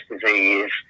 disease